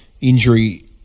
Injury